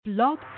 Blog